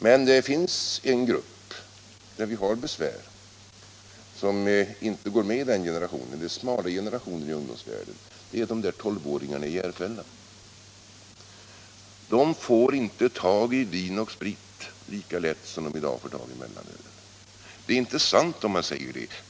Men det finns en grupp som inte tillhör den generationen och där vi har besvär, det är den smala generationen i ungdomsvärlden, och det är de där 12-åringarna t.ex. i Järfälla. De får inte tag i vin och sprit lika lätt som de får tag i mellanölet.